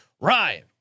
Ryan